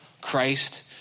Christ